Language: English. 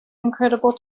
incredible